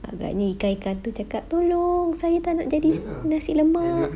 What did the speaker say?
agaknya ikan-ikan tu cakap tolong saya tak nak jadi nasi lemak